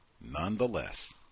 nonetheless